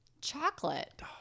Chocolate